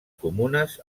comunes